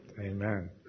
Amen